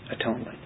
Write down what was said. atonement